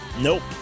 Nope